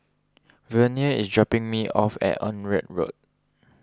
Vernie is dropping me off at Onraet Road